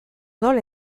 odol